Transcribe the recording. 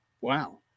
Wow